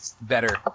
better